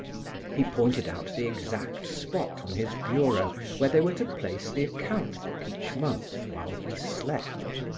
he pointed out the exact spot on his bureau where they were to place the account book each month while he slept.